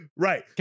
Right